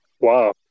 Wow